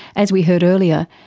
as we heard earlier,